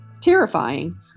terrifying